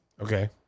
Okay